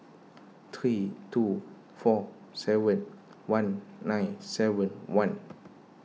three two four seven one nine seven one